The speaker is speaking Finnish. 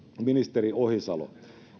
ministeri ohisalo